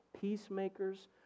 peacemakers